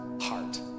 heart